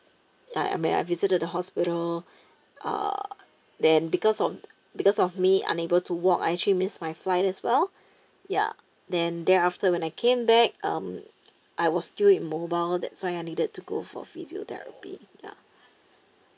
ya and I I visited the hospital uh then because of because of me unable to walk I actually missed my flight as well ya then then after when I came back um I was still in mobile that's why I needed to go for physiotherapy ya